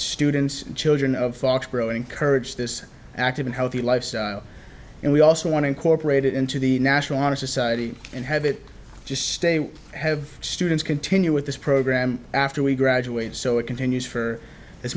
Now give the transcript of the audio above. students children of fox growing courage this active and healthy life and we also want to incorporate it into the national honor society and have it just stay we have students continue with this program after we graduate so it continues for as